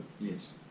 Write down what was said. Yes